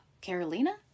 Carolina